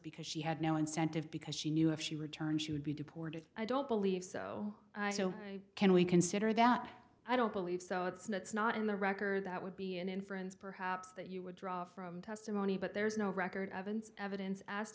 because she had no incentive because she knew if she returned she would be deported i don't believe so so can we consider that i don't believe so it's not it's not in the record that would be an inference perhaps that you would draw from testimony but there is no record of an evidence as